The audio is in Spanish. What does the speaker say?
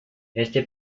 este